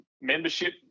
membership